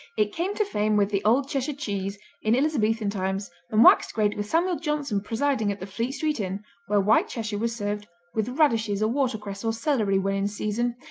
it came to fame with the old cheshire cheese in elizabethan times and waxed great with samuel johnson presiding at the fleet street inn where white cheshire was served with radishes or watercress or celery when in season,